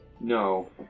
No